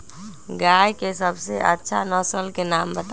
गाय के सबसे अच्छा नसल के नाम बताऊ?